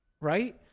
Right